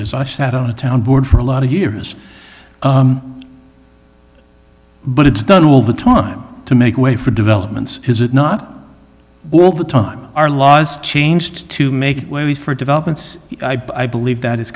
is i sat on a town board for a lot of years but it's done all the time to make way for developments has it not all the time our laws changed to make way for developments i believe that is